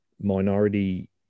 minority